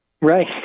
right